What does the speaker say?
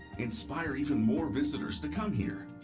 inspire even more visitors to come here.